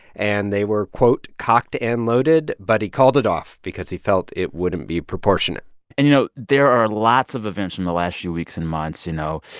and they were, quote, cocked and loaded, but he called it off because he felt it wouldn't be proportionate and, you know, there are lots of events in the last few weeks and months you know,